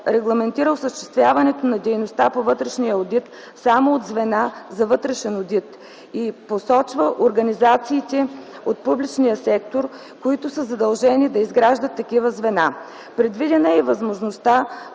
регламентира осъществяването на дейността по вътрешния одит само от звена за вътрешен одит и посочва организациите от публичния сектор, които са задължени да изграждат такива звена. Предвидена е и възможността